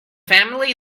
family